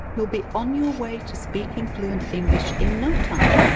you'll be on your way to speaking fluent english in no time.